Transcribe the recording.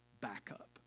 backup